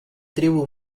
tribu